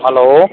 hello